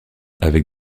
avec